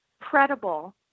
credible